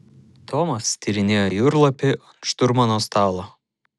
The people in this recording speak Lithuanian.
tomas tyrinėjo jūrlapį ant šturmano stalo